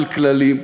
של כללים,